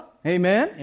Amen